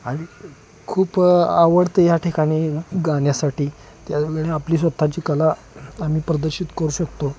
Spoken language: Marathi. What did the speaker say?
आणि खूप आवडतं ह्या ठिकाणी गाण्यासाठी त्यावेळी आपली स्वतःची कला आम्ही प्रदर्शित करू शकतो